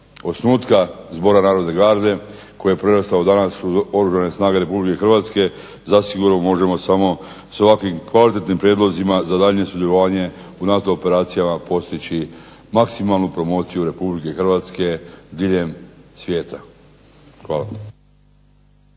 osnutka Zbora narodne garde koji je prerastao danas u Oružane snage RH zasigurno možemo samo s ovakvim kvalitetnim prijedlozima za daljnje sudjelovanje u NATO operacijama postići maksimalnu promociju RH diljem svijeta. Hvala.